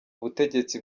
butegetsi